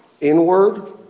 inward